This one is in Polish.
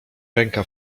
ręka